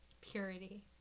purity